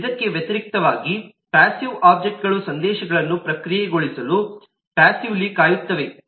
ಇದಕ್ಕೆ ವ್ಯತಿರಿಕ್ತವಾಗಿ ಪಾಸ್ಸಿವ್ ಒಬ್ಜೆಕ್ಟ್ಗಳು ಸಂದೇಶಗಳನ್ನು ಪ್ರಕ್ರಿಯೆಗೊಳಿಸಲು ಪಾಸ್ಸಿವ್ಲಿ ಕಾಯುತ್ತವೆ